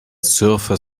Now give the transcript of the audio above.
surfer